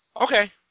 Okay